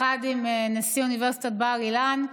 אחת עם נשיא אוניברסיטת בר-אילן,